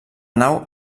nau